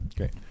okay